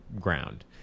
ground